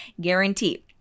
Guaranteed